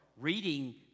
reading